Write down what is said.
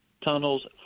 tunnels